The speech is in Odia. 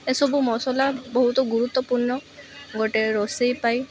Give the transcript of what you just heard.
ଏସବୁ ମସଲା ବହୁତ ଗୁରୁତ୍ୱପୂର୍ଣ୍ଣ ଗୋଟେ ରୋଷେଇ ପାଇଁ